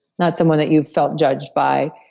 not someone that you've felt judged by.